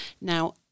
Now